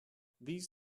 these